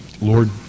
Lord